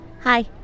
Hi